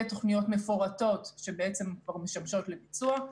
תוכניות מפורטות שבעצם כבר משמשות לביצוע,